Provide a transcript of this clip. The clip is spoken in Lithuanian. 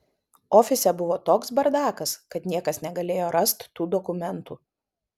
ofise buvo toks bardakas kad niekas negalėjo rast tų dokumentų